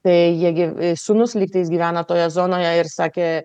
tai jie gi sūnus lygtais gyvena toje zonoje ir sakė